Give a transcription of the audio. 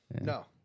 No